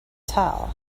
tell